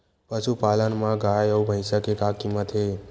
पशुपालन मा गाय अउ भंइसा के का कीमत हे?